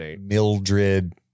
Mildred